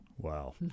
wow